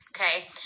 Okay